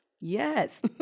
yes